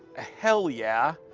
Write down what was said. hell, yeah.